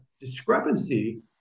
discrepancy